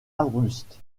arbuste